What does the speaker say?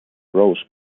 rose